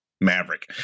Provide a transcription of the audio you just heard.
Maverick